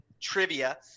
trivia